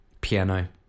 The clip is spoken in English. piano